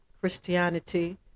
Christianity